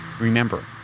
remember